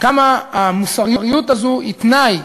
כמה המוסריות הזאת היא תנאי